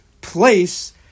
place